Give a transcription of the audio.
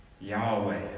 Yahweh